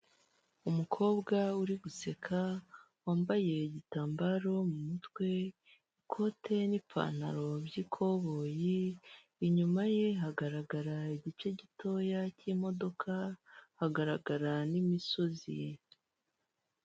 Umukobwa uri guseka wambaye igitambaro mu mutwe, ikote n'ipantaro by'ikoboyi, inyuma ye hagaragara igice gitoya k'imodoka hagaragara n'imisozi ye.